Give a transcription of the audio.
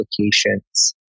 applications